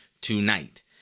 tonight